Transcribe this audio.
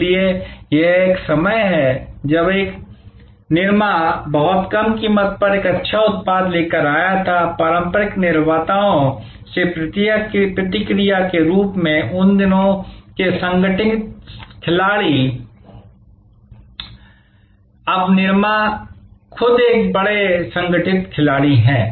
इसलिए यह एक समय है जब एक निरमा बहुत कम कीमत पर एक अच्छा उत्पाद लेकर आया था पारंपरिक निर्माताओं से प्रतिक्रिया के रूप में उन दिनों के संगठित खिलाड़ी हैं अब निरमा खुद एक बड़े संगठित खिलाड़ी हैं